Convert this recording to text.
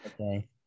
Okay